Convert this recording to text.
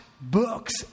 books